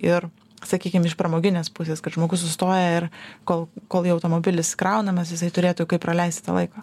ir sakykim iš pramoginės pusės kad žmogus sustoja ir kol kol jo automobilis įkraunamas jisai turėtų kaip praleisti tą laiką